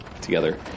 together